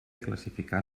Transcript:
classificar